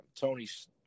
Tony's